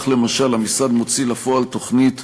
כך, למשל, המשרד מוציא לפועל תוכנית